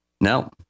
No